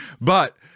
but-